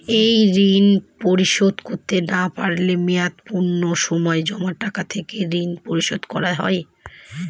এই ঋণ পরিশোধ করতে না পারলে মেয়াদপূর্তির সময় জমা টাকা থেকে ঋণ পরিশোধ করা হয়?